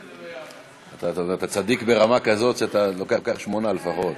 אתה צדיק ברמה כזאת שאתה לוקח שמונה לפחות.